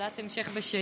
שאלת המשך בשאילתה.